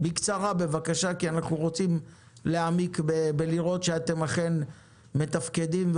אנחנו רוצים להעמיק ולראות שאתם אכן מתפקדים,